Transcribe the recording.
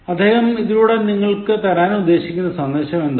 അദ്ദേഹം ഇതിലൂടെ നിങ്ങൾക്കു തരാൻ ഉദ്ദേശിക്കുന്ന സന്ദേശം എന്താണ്